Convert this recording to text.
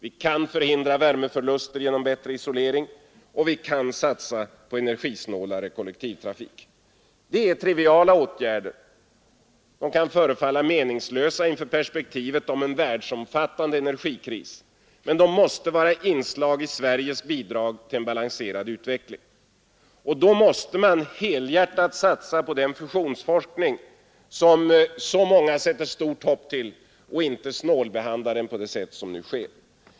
Vi kan förhindra värmeförluster genom bättre isolering, och vi kan satsa på energisnålare kollektivtrafik. Det är triviala åtgärder som kan förefalla meningslösa inför perspektivet av en världsomfattande energikris, men de måste vara inslag i Sveriges bidrag till en balanserad utveckling. I samband därmed måste man helhjärtat satsa på den fusionsforskning som så många sätter stort hopp till och inte snålbehandla den på det sätt som nu sker.